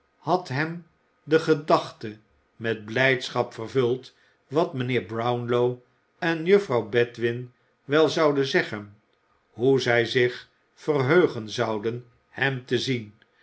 had hem de gedachte met blijdschap vervuld wat mijnheer brownlow en juffrouw bedwin wel zouden zeggen en hoe zij zich verheugen zouden hem te zien